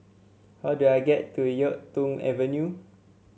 how do I get to YuK Tong Avenue